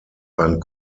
ein